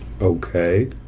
Okay